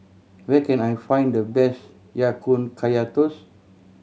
where can I find the best Ya Kun Kaya Toast